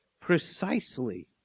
precisely